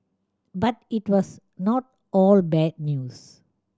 but it was not all bad news